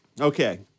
Okay